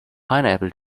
pineapple